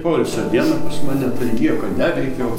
poilsio diena pas mane tai nieko neveikiau